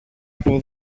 από